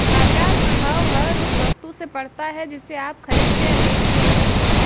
बाज़ार प्रभाव हर उस वस्तु से पड़ता है जिसे आप खरीदते या बेचते हैं